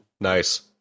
Nice